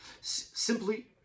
simply